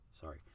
sorry